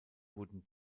wurden